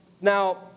Now